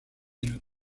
une